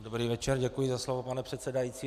Dobrý večer, děkuji za slovo, pane předsedající.